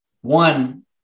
one